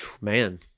Man